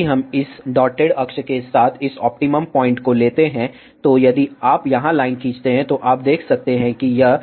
यदि हम इस डॉटेड अक्ष के साथ इस ऑप्टिमम पॉइंट को लेते हैं तो यदि आप यहां लाइन खींचते हैं तो आप देख सकते हैं कि यह